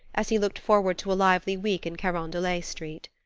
as he looked forward to a lively week in carondelet street.